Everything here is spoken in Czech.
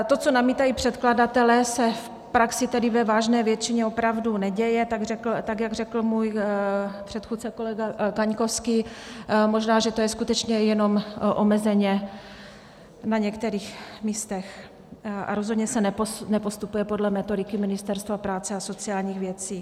To, co namítají předkladatelé, se tedy v praxi ve vážné většině opravdu neděje, jak řekl můj předchůdce kolega Kaňkovský, možná že to je skutečně jenom omezeně na některých místech, a rozhodně se nepostupuje podle metodiky Ministerstva práce a sociálních věcí.